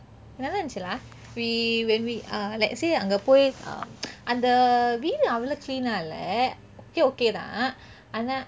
நல்ல இருந்துச்சு:nalla irunthuchu lah we when we uh let's say அங்க போய் அந்த வீடு அவளோ:ange poi antha veedu avalo clean ah இல்லை:illai okay okay தான்:thaan